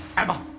emma?